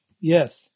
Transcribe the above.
Yes